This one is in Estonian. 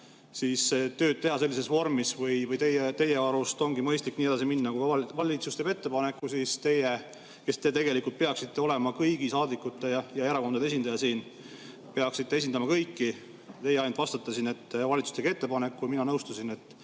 tööd teha sellises vormis? Või teie arust ongi mõistlik nii edasi minna: kui valitsus teeb ettepaneku, siis teie, kes te tegelikult peaksite olema kõigi saadikute ja erakondade esindaja siin, peaksite esindama kõiki, ainult vastate, et valitsus tegi ettepaneku, mina nõustusin?